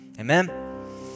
Amen